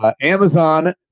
Amazon